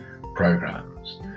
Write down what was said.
programs